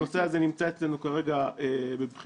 הנושא הזה נמצא אצלנו כרגע בבחינה.